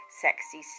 Sexy